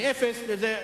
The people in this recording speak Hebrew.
מאפס לאחד.